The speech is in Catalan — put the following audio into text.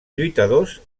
lluitadors